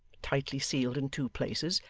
tightly sealed in two places,